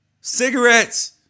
Cigarettes